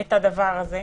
את הדבר הזה.